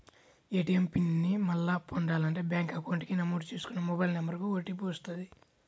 ATM PIN ని మళ్ళీ పొందాలంటే బ్యేంకు అకౌంట్ కి నమోదు చేసుకున్న మొబైల్ నెంబర్ కు ఓటీపీ వస్తది